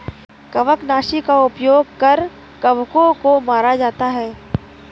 कवकनाशी का उपयोग कर कवकों को मारा जाता है